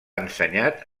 ensenyat